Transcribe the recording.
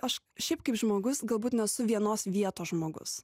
aš šiaip kaip žmogus galbūt nesu vienos vietos žmogus